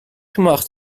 gemacht